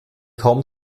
kaum